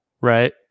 right